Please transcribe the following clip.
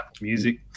Music